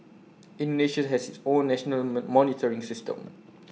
Indonesia has its own national monitoring system